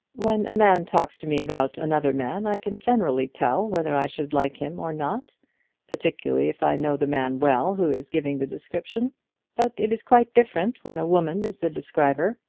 when a man talks to me about another man, i can generally tell whether i should like him or not particularly if i know the man well who is giving the description but it is quite different when a woman is the describer.